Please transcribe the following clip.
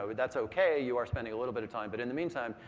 ah but that's okay. you are spending a little bit of time. but in the meantime,